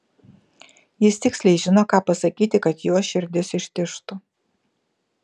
jis tiksliai žino ką pasakyti kad jos širdis ištižtų